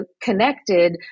connected